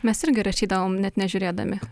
mes irgi rašydavom net nežiūrėdami tai